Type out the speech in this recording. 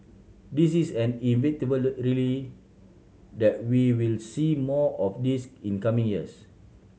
this is an that we will see more of this in coming years